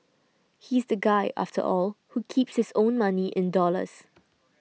he's the guy after all who keeps his own money in dollars